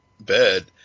bed